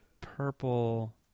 Purple